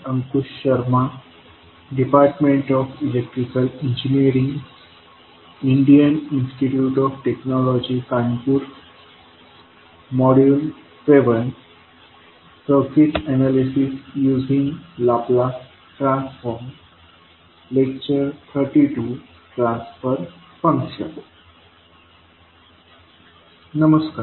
नमस्कार